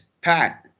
Pat